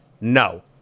No